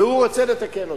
והוא רוצה לתקן אותן.